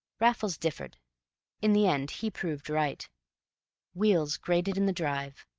raffles differed in the end he proved right wheels grated in the drive,